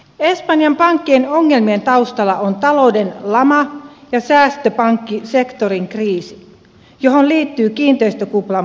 espanjan pankkien ongelmien taustalla on talouden lama ja säästöpankkisektorin kriisi johon liittyy kiinteistökuplan puhkeaminen